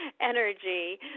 energy